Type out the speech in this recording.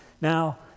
Now